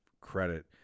credit